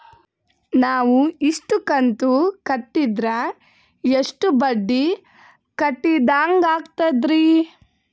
ನಾವು ಇಷ್ಟು ಕಂತು ಕಟ್ಟೀದ್ರ ಎಷ್ಟು ಬಡ್ಡೀ ಕಟ್ಟಿದಂಗಾಗ್ತದ್ರೀ?